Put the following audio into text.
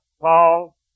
Paul